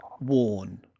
worn